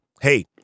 hey